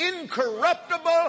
incorruptible